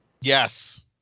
Yes